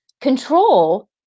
control